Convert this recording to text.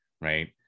right